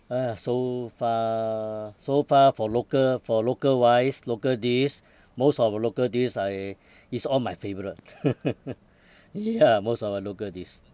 ah so far so far for local for local wise local dish most of the local dish I is all my favourite y~ ya most of the local dish